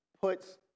puts